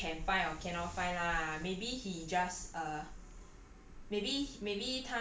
err I don't know if he can find or cannot find lah maybe he just um